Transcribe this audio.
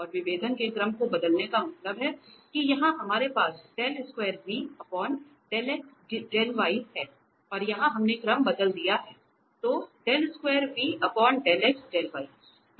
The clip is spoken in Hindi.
और विभेदन के क्रम को बदलने का मतलब है कि यहां हमारे पास है और यहां हमने क्रम बदल दिया है